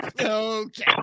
Okay